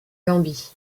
gambie